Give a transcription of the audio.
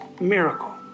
miracle